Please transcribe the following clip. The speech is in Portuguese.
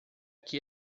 que